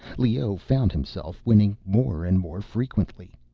leoh found himself winning more and more frequently.